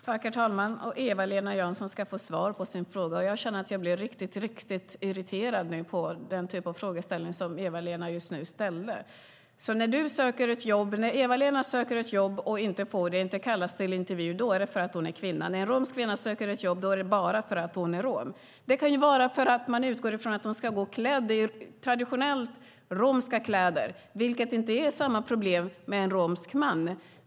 Herr talman! Eva-Lena Jansson ska få svar på sina frågor! Jag blir riktigt, riktigt irriterad på den typ av fråga som Eva-Lena nu ställde. När Eva-Lena söker ett jobb och inte kallas till intervju är det för att hon är kvinna, men när en romsk kvinna söker ett jobb och inte kallas till intervju är det bara för att hon är rom, menar Eva-Lena Jansson. Men det kan ju vara för att man utgår från att hon ska gå klädd i traditionellt romska kläder, vilket inte innebär samma problem om det gäller en romsk man.